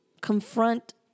confront